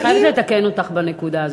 האם, אני חייבת לתקן אותך בנקודה הזאת.